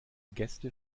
gäste